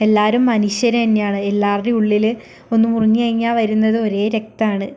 എല്ലാവരും മനുഷ്യർ തന്നെയാണ് എല്ലാവരുടേയും ഉള്ളിൽ ഒന്ന് മുറിഞ്ഞ് കഴിഞ്ഞാൽ വരുന്നത് ഒരേ രക്ത മാണ്